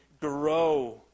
grow